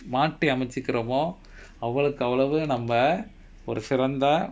மாத்தி அமச்சிகுருவொ அவளோக்கு அவளவு நம்ம ஒரு சிறந்த:maathi amachikuruvo avaloku avalavu namma oru sirantha